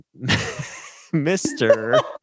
mr